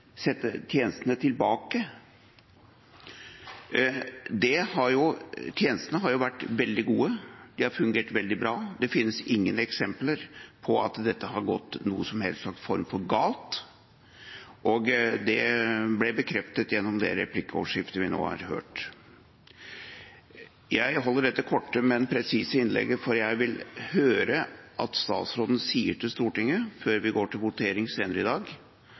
sette tjenestene tilbake. Tjenestene har jo vært veldig gode, de har fungert veldig bra. Det finnes ingen eksempler på at dette på noen som helst slags måte har gått galt, og det ble bekreftet gjennom det replikkordskiftet vi nå har hørt. Jeg holder dette korte, men presise innlegget, for jeg vil høre at statsråden sier til Stortinget før vi går til votering senere i dag,